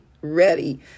ready